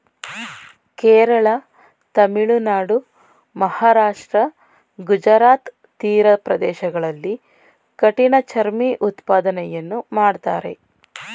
ಕೇರಳ, ತಮಿಳುನಾಡು, ಮಹಾರಾಷ್ಟ್ರ, ಗುಜರಾತ್ ತೀರ ಪ್ರದೇಶಗಳಲ್ಲಿ ಕಠಿಣ ಚರ್ಮಿ ಉತ್ಪಾದನೆಯನ್ನು ಮಾಡ್ತರೆ